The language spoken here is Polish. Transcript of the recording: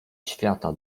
świata